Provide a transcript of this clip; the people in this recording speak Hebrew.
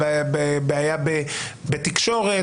הבעיה בתקשורת?